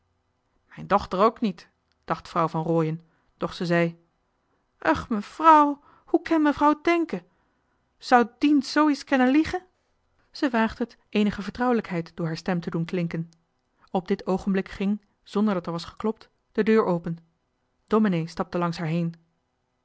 mijn dochter ook niet dacht vrouw van rooien doch ze zei uch mefrouw hoe ken mefrouw denke sou dien soo ie's kenne liege ze waagde het eenige vertrouwelijkheid door haar stem te doen klinken op dit oogenblik ging zonder dat er was geklopt de deur open domenee stapte langs haar heen